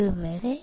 അതുവരെ